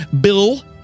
Bill